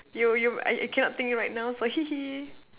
you you I I cannot think right now so hee hee